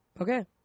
okay